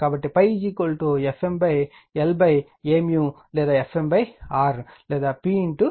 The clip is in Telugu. కాబట్టి ∅ FmlA లేదా FmR లేదా P Fm అని వ్రాయవచ్చు